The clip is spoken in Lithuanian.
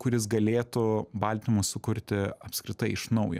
kuris galėtų baltymus sukurti apskritai iš naujo